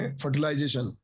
fertilization